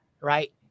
right